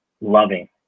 loving